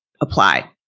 apply